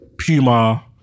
Puma